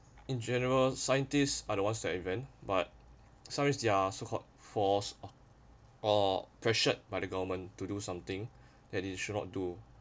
in general scientists are don't want to invent but sometime they are so called forced or or pressured by the government to do something that he should not do